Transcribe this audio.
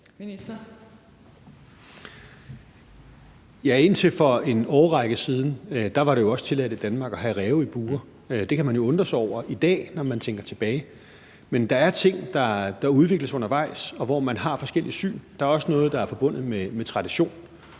Ja, indtil for en række år siden var det jo også tilladt i Danmark at have ræve i bure. Det kan man undre sig over i dag, når man tænker tilbage. Men der er ting, der udvikler sig undervejs, hvor man har forskellige syn på det. Der er også noget, der er forbundet med en tradition.